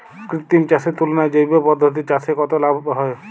কৃত্রিম চাষের তুলনায় জৈব পদ্ধতিতে চাষে কত লাভ হয়?